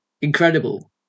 incredible